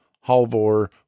Halvor